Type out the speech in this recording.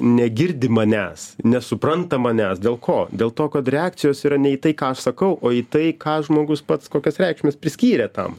negirdi manęs nesupranta manęs dėl ko dėl to kad reakcijos yra ne į tai ką aš sakau o į tai ką žmogus pats kokias reikšmes priskyrė tam